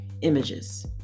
images